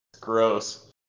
gross